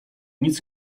nic